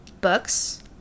books